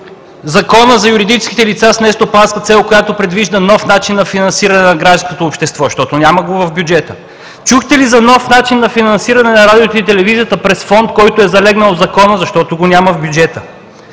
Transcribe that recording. Закона за юридическите лица с нестопанска цел, който предвижда нов начин на финансиране на гражданското общество? Защото го няма в бюджета. Чухте ли за нов начин на финансиране на Радиото и Телевизията през фонд, който е залегнал в Закона? Защото го няма в бюджета.